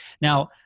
now